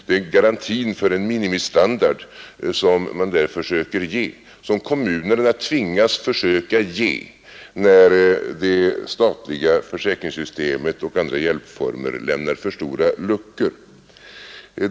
Det är garantin för en minimistandard som man där försöker ge och som kommunerna tvingas att försöka ge, när det statliga försäkringssystemet och andra hjälpformer lämnar för stora luckor.